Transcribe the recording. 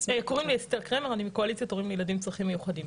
קואליציית הורים לילדים עם צרכים מיוחדים.